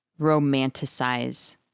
romanticize